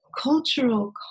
cultural